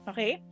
Okay